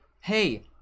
hey